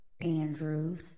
Andrews